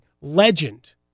legend –